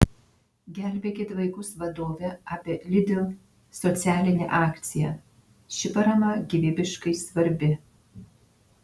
gelbėkit vaikus vadovė apie lidl socialinę akciją ši parama gyvybiškai svarbi